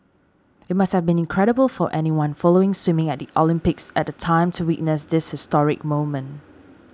it must have been incredible for anyone following swimming at the Olympics at the time to witness this historic moment